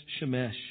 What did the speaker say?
Shemesh